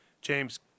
James